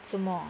什么